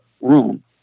room